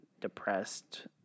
depressed